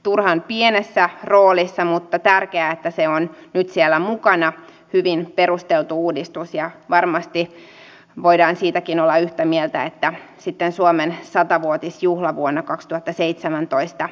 niin kuin tuossa aiemmin todettiin meillä työllisyys on pahentunut jo monta vuotta ja samaan aikaan talous on myös junnannut paikallaan tai ollut laskevalla trendillä